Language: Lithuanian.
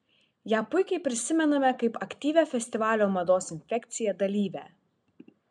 ją puikiai prisimename kaip aktyvią festivalio mados infekcija dalyvę